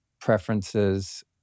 preferences